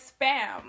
spam